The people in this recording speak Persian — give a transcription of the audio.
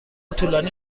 طولانی